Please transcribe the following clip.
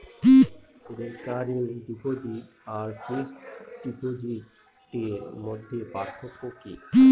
Recurring deposit আর fixed ডিপোজিটের মধ্যে পার্থক্য কি?